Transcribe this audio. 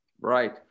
Right